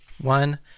one